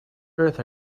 earth